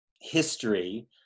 history